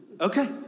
Okay